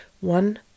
One